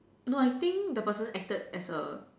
no I think the person acted as a